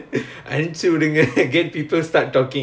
oh ya